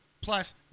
Plus